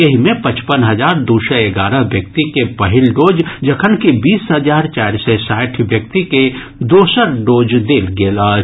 एहि मे पचपन हजार दू सय एगारह व्यक्ति के पहिल डोज जखन कि बीस हजार चारि सय साठि व्यक्ति के दोसर डोज देल गेल अछि